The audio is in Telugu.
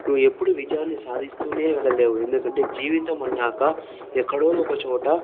నువ్వు ఎప్పుడు విజయాన్ని సాధిస్తూనే వెళ్ళలేవు ఎందుకంటే జీవితం అన్నాక ఎక్కడో ఒక చోట